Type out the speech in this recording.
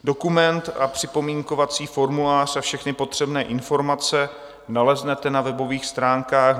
Dokument a připomínkovací formulář a všechny potřebné informace naleznete na webových stránkách https://velke-revize-zv.rvp.cz/.